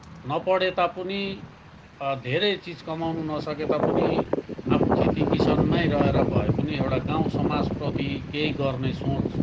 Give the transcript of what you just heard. नपढे तापनि धेरै चिज कमाउन नसके तापनि आफू खेतीकिसानमै रहेर भए पनि एउटा गाउँसमाजप्रति केही गर्ने सोच